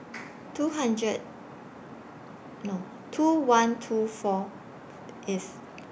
two hundred No two one two four If